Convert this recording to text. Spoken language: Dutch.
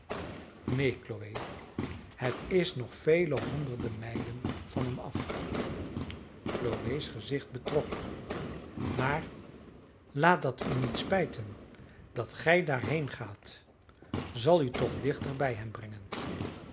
chloe het is nog vele honderden mijlen van hem af chloe's gezicht betrok maar laat dat u niet spijten dat gij daarheen gaat zal u toch dichter bij hem brengen